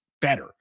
better